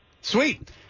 Sweet